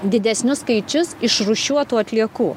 didesnius skaičius išrūšiuotų atliekų